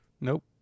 Nope